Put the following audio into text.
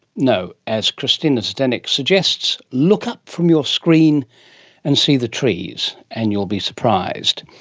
no. as christina zdenek suggests, look up from your screen and see the trees and you'll be surprised.